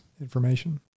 information